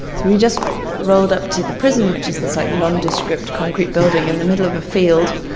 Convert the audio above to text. we just rolled up to the prison, which is this, like, nondescript concrete building in the middle of a field.